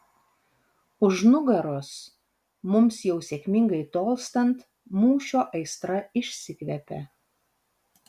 už nugaros mums jau sėkmingai tolstant mūšio aistra išsikvepia